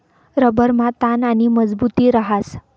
रबरमा ताण आणि मजबुती रहास